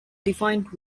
defined